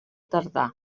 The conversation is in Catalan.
tardà